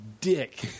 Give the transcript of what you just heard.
dick